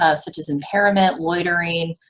ah such as impairment, loitering,